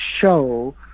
show